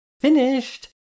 Finished